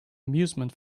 amusement